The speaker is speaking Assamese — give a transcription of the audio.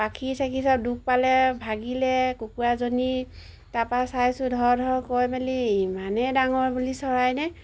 পাখি চাখি চব দুখ পালে ভাগিলে কুকুৰাজনী তাৰপা চাইছোঁ ধৰ ধৰ কৈ মেলি ইমানে ডাঙৰ বুলি চৰাইনে